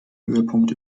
höhepunkt